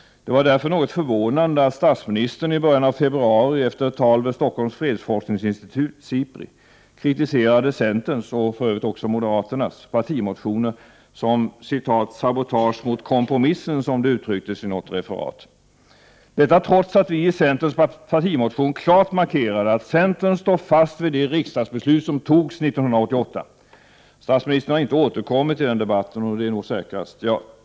Det var därför något förvånande att statsministern i början av februari efter ett tal vid Stockholms fredsforskningsinstitut, Sipri, kritiserade centerns och för övrigt också moderaternas partimotioner som ”sabotage mot kompromissen” — som det uttrycktes i något referat. Detta trots att vi i centerns partimotion klart markerade, att centern står fast vid det riksdagsbeslut som togs 1988. Statsministern har inte återkommit i den debatten, och det är nog säkrast.